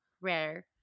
rare